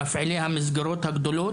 מפעילי המסגרות הגדולות,